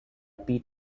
pete